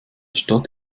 stadt